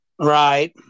right